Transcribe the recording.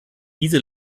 diese